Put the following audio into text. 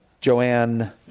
Joanne